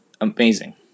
amazing